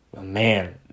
Man